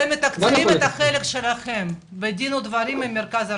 אתם מתקצבים את החלק שלכם בדין ודברים עם המרכז הארצי.